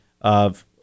of-